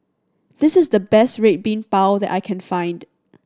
this is the best Red Bean Bao that I can find